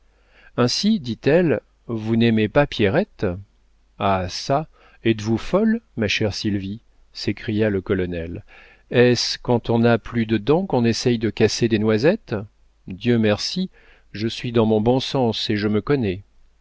ainsi dit-elle vous n'aimez pas pierrette ah çà êtes-vous folle ma chère sylvie s'écria le colonel est-ce quand on n'a plus de dents qu'on essaie de casser des noisettes dieu merci je suis dans mon bon sens et je me connais